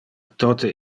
tote